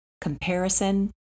comparison